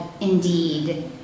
indeed